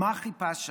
מה חיפשת שם?